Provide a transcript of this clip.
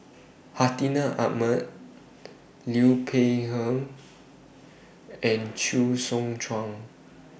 Hartinah Ahmad Liu Peihe and Chee Soon Juan